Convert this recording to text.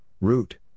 Root